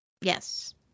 Yes